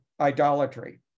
idolatry